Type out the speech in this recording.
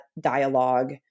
dialogue